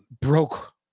Broke